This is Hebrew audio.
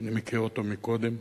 שאני מכיר אותו מקודם,